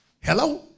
Hello